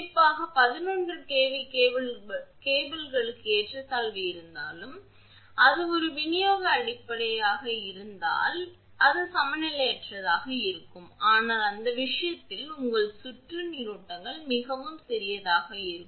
குறிப்பாக 11KV கேபிளுக்கு ஏற்றத்தாழ்வு இருந்தாலும் அது ஒரு விநியோக அமைப்பாக இருந்தால் அது சமநிலையற்றதாக இருக்கும் ஆனால் அந்த விஷயத்தில் உங்கள் சுற்றும் நீரோட்டங்கள் மிகச் சிறியதாக இருக்கும்